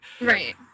Right